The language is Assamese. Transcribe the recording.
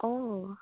অঁ